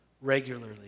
regularly